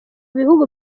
bihugu